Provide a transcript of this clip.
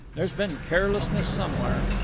there's been carelessness somewhere.